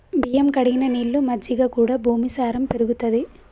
బియ్యం కడిగిన నీళ్లు, మజ్జిగ కూడా భూమి సారం పెరుగుతది